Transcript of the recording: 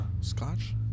Scotch